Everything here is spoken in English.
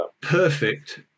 perfect